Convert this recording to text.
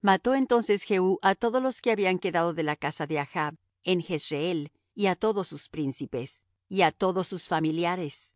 mató entonces jehú á todos los que habían quedado de la casa de achb en jezreel y á todos sus príncipes y á todos sus familiares